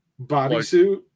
bodysuit